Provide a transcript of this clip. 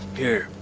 here,